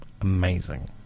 Amazing